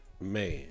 Man